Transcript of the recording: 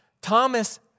Thomas